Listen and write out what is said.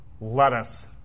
lettuce